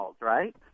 Right